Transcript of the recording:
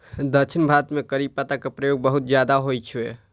दक्षिण भारत मे करी पत्ता के प्रयोग बहुत ज्यादा होइ छै